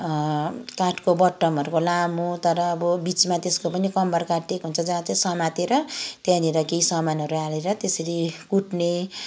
काठको बटमहरूको लामो तर अब बिचमा त्यसको कम्मर काटिएको हुन्छ जहाँ चाहिँ समातेर त्यहाँनिर केही सामानहरू हालेर त्यसरी कुट्ने